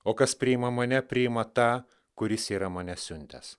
o kas priima mane priima tą kuris yra mane siuntęs